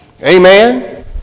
Amen